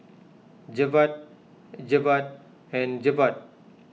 Jebat Jebat and Jebat